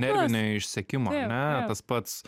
nervinio išsekimo ar ne tas pats